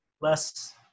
less